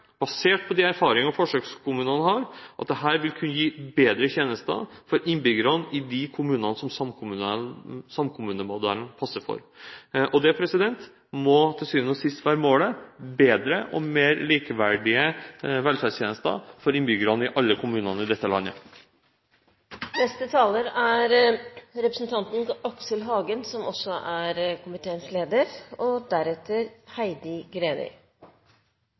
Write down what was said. at dette vil kunne gi bedre tjenester for innbyggerne i de kommunene som samkommunemodellen passer for. Og til syvende og sist må målet være bedre og mer likeverdige velferdstjenester for innbyggerne i alle kommunene i dette landet. Mangfold er positivt i de langt fleste sammenhenger, også når det gjelder organisering av arbeidsform i Kommune-Norge. Særlig hvis en er glad i lokaldemokratiet, setter sin lit til det og